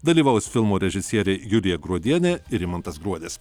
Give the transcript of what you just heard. dalyvaus filmo režisierė julija gruodienė ir rimantas gruodis